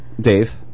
Dave